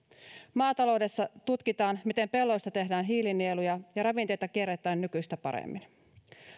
maataloudessa tutkitaan miten pelloista tehdään hiilinieluja ja ravinteita kierrätetään nykyistä paremmin